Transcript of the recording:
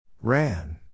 Ran